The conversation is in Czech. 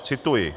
Cituji: